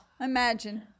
Imagine